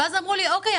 ואז אמרו לי: אוקיי,